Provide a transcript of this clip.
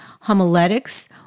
homiletics